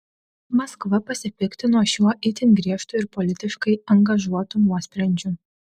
maskva pasipiktino šiuo itin griežtu ir politiškai angažuotu nuosprendžiu